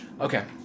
Okay